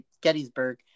Gettysburg